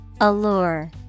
Allure